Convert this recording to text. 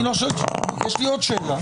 יש לי עוד שאלה.